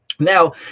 Now